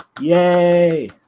yay